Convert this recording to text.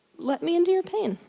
let me into your pain.